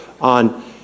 on